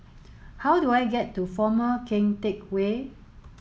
how do I get to Former Keng Teck Whay